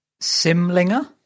Simlinger